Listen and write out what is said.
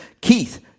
Keith